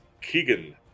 Keegan